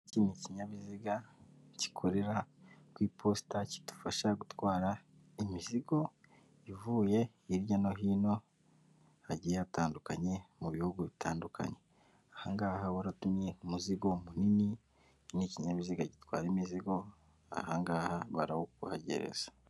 Iki ni ikinyabiziga gikorera ku iposita kidufasha gutwara imizigo ivuye hirya no hino hagiye hatandukanye mu bihugu bitandukanye. Aha ngaha waratumye umuzigo munini n'ikinyabiziga gitwara imizigo aha ngaha barawukuhagereza.